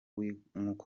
wikunda